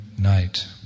night